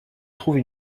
trouve